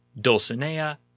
Dulcinea